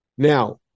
Now